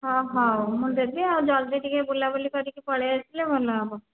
ହଁ ହେଉ ମୁଁ ଦେବି ଆଉ ଜଲ୍ଦି ଟିକେ ବୁଲାବୁଲି କରିକି ପଳେଇଆସିଲେ ଭଲ ହେବ